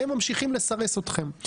הם ממשיכים לסרס אתכם.